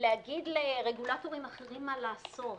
להגיד לרגולטורים אחרים מה לעשות,